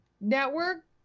Network